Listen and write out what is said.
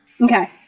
Okay